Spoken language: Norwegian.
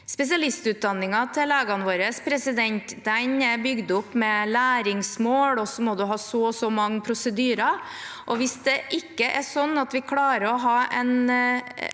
Spesialistutdanningen til legene våre er bygd opp med læringsmål, og så må man